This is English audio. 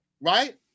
right